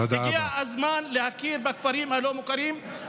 הגיע הזמן להכיר בכפרים הלא-מוכרים.